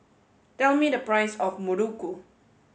tell me the price of Muruku